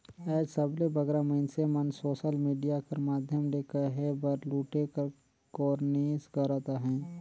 आएज सबले बगरा मइनसे मन सोसल मिडिया कर माध्यम ले कहे बर लूटे कर कोरनिस करत अहें